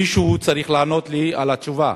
מישהו צריך לענות לי תשובה.